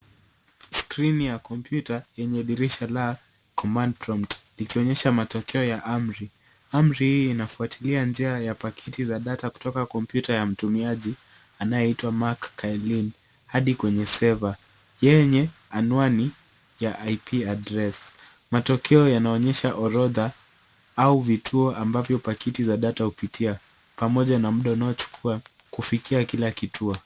Skrini ya kompyuta yenye dirisha la command prompt likionyesha matokeo ya amri. Amri hii inafuatilia njia ya pakiti za data kutoka kompyuta ya mtumiaji anayeitwa Mark Kaelin hadi kwenye saver yenye anwani ya IP Address . Matokeo yanaonyesha orodha au vituo ambavyo pakiti za data hupitia pamoja na muda unaochukua kufikia kila kituo.